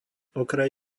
okraj